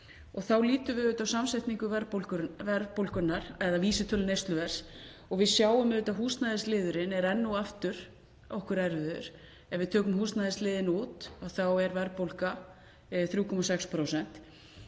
Þá lítum við á samsetningu verðbólgunnar eða vísitölu neysluverðs og við sjáum auðvitað að húsnæðisliðurinn er enn og aftur okkur erfiður. Ef við tökum húsnæðisliðinn út þá er verðbólga 3,6%.